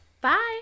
Bye